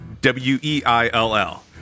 W-E-I-L-L